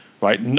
right